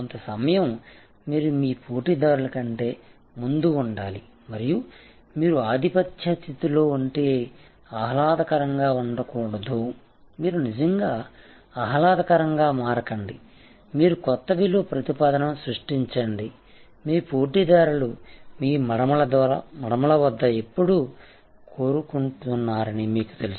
కొంత సమయం మీరు మీ పోటీదారుల కంటే ముందు ఉండాలి మరియు మీరు ఆధిపత్య స్థితిలో ఉంటే ఆహ్లాదకరంగా ఉండకూడదు మీరు నిజంగా ఆహ్లాదకరంగా మారకండి మీరు కొత్త విలువ ప్రతిపాదనను సృష్టించండి మీ పోటీదారులు మీ మడమల వద్ద ఎప్పుడూ కొరుకుతున్నారని మీకు తెలుసు